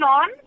on